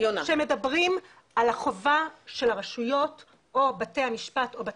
היא מסתמכת על סעיף 15 ואין שום מילה על זה.